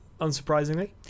unsurprisingly